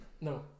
No